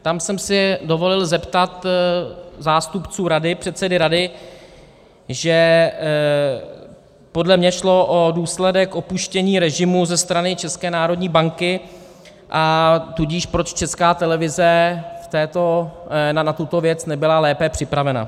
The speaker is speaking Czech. Tam jsem se dovolil zeptat zástupců rady, předsedy rady, že podle mě šlo o důsledek opuštění režimu ze strany České národní banky, a tudíž proč Česká televize na tuto věc nebyla lépe připravena.